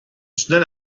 schnell